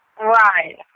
Right